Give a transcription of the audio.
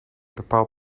bepaalt